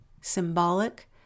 symbolic